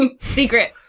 secret